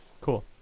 cool